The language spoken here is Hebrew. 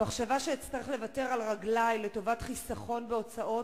המחשבה שאצטרך לוותר על "רגלי" לטובות חיסכון בהוצאות,